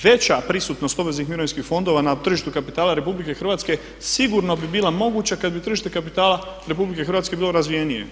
Veća prisutnost obveznih mirovinskih fondova na tržištu kapitala RH sigurno bi bila moguća kada bi tržište kapitala RH bilo razvijenije.